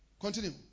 Continue